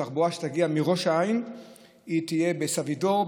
התחבורה שתגיע מראש העין תהיה בסבידור,